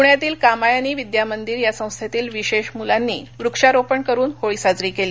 प्ण्यातील कामायनी विद्या मंदिर या संस्थर्तील विश्व मुलांनी वृक्षारोपण करून होळी साजरी कळी